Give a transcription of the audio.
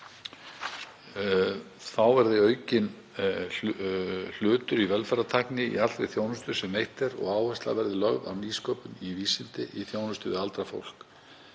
Þá verði hlutur velferðartækni í allri þjónustu sem veitt er aukinn og áhersla verði lögð á nýsköpun og vísindi í þjónustu við aldrað fólk.